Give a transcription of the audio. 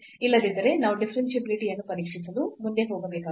ಇಲ್ಲದಿದ್ದರೆ ನಾವು ಡಿಫರೆನ್ಷಿಯಾಬಿಲಿಟಿ ಯನ್ನು ಪರೀಕ್ಷಿಸಲು ಮುಂದೆ ಹೋಗಬೇಕಾಗುತ್ತದೆ